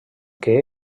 que